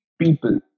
people